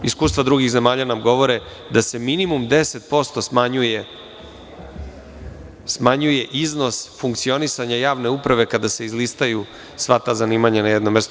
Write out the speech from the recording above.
Iskustva drugih zemalja nam govore da se minimum 10% smanjuje iznos funkcionisanja javne uprave kada se izlistaju sva ta zanimanja na jednom mestu.